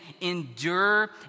endure